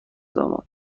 داماد